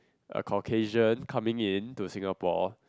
a Caucasian coming in to Singapore